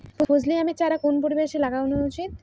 ফজলি আমের চারা কোন পরিবেশে লাগানো উচিৎ?